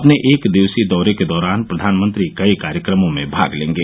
अपने एक दिवसीय दौरे के दौरान प्रधानमंत्री कई कार्यक्रमों में भाग लेंगे